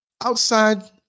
outside